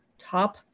top